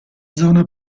zona